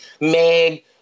Meg